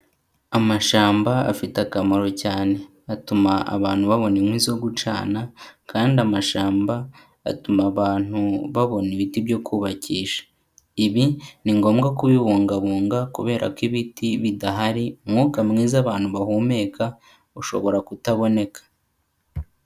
Amashyamba afite akamaro cyane. Atuma abantu babona inkwi zo gucana, kandi amashyamba atuma abantu babona ibiti byo kubakisha. Ibi ni ngombwa kubibungabunga, kubera ko ibiti bidahari, umwuka mwiza abantu bahumeka ushobora kutaboneka.